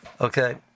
Okay